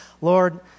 Lord